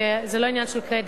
וזה לא עניין של קרדיט.